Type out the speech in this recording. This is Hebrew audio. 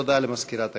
הודעה למזכירת הכנסת.